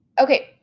okay